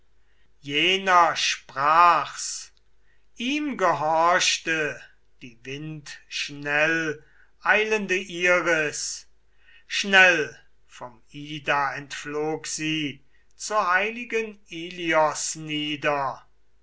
jener sprach's ihm gehorchte die windschnell eilende iris schnell vom ida entflog sie zur heiligen ilios nieder